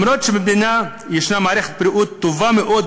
למרות שיש במדינה יש מערכת בריאות טובה מאוד,